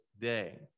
Day